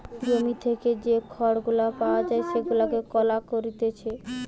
জমি থেকে যে খড় গুলা পাওয়া যায় সেগুলাকে গলা করে রাখতিছে